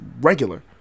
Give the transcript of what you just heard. regular